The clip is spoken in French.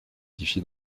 édifié